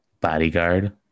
Bodyguard